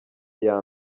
iya